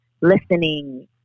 Listening